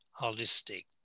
holistic